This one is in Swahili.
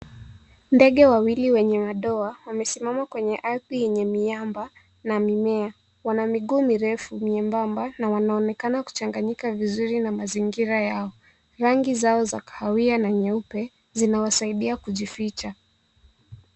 Ndege wawili wenye madoa wamesimama kwenye ardhi yenye miamba na mimea. Wana miguu mirefu myembamba na wanaonekana kuchanganyika vizuri na mazingira yao. Rangi zao za kahawia na nyeupe zinawasaidia kujificha.